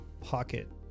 pocket